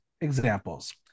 examples